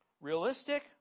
realistic